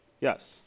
Yes